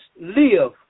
live